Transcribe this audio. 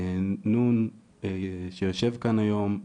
נ', שיושב כאן היום,